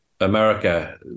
America